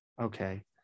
okay